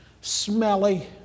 Smelly